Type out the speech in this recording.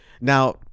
now